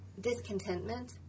discontentment